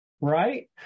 right